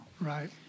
Right